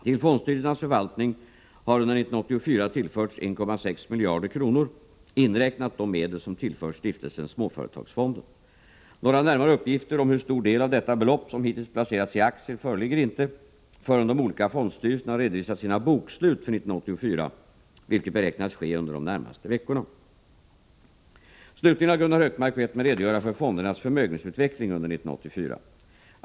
Till fondstyrelsernas förvaltning har under 1984 tillförts 1,6 miljarder kronor, inräknat de medel som tillförts Stiftelsen Småföretagsfonden. Några närmare uppgifter om hur stor del av detta belopp som hittills placerats i aktier föreligger inte förrän de olika fondstyrelserna har redovisat sina bokslut för 1984, vilket beräknas ske under de närmaste veckorna. Slutligen har Gunnar Hökmark bett mig redogöra för fondernas förmögenhetsutveckling under 1984.